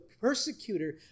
persecutor